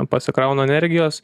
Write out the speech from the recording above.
pasikraunu energijos